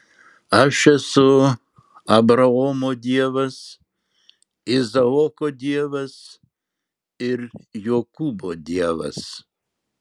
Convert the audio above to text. aš esu abraomo dievas izaoko dievas ir jokūbo dievas